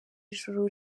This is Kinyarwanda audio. ijuru